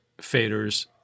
faders